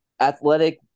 athletic